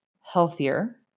healthier